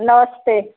नमस्ते